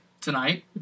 tonight